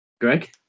Greg